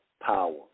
power